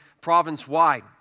province-wide